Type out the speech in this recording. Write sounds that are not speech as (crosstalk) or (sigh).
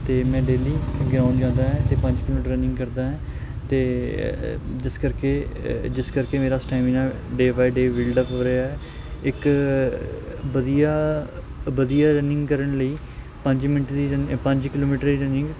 ਅਤੇ ਮੈਂ daily ground ਜਾਂਦਾ ਹੈ ਅਤੇ ਪੰਜ ਕੁ ਮਿੰਟ ਰਨਿੰਗ ਕਰਦਾ ਹੈ ਅਤੇ (unintelligible) ਜਿਸ ਕਰਕੇ (unintelligible) ਜਿਸ ਕਰਕੇ ਮੇਰਾ stamina day by day build up ਹੋ ਰਿਹਾ ਹੈ ਇੱਕ ਵਧੀਆ ਵਧੀਆ ਰਨਿੰਗ ਕਰਨ ਲਈ ਪੰਜ ਮਿੰਟ ਦੀ ਰਨਿੰ ਪੰਜ ਕਿਲੋਮੀਟਰ ਦੀ ਰਨਿੰਗ